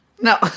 No